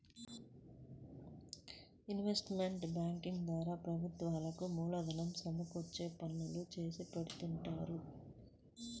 investment banking ద్వారా ప్రభుత్వాలకు మూలధనం సమకూర్చే పనులు చేసిపెడుతుంటారు